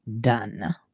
done